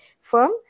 firm